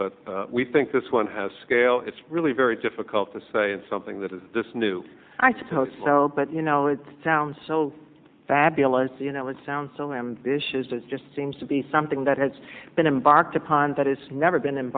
but we think this one has scale it's really very difficult to say and something that is this new i suppose so but you know it sounds so fabulous you know it sounds so ambitious as just seems to be something that has been embarked upon but it's never been